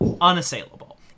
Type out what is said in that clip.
unassailable